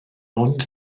ond